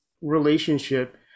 relationship